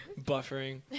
buffering